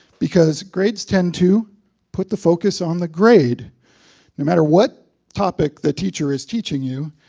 because grades tend to put the focus on the grade no matter what topic the teacher is teaching you,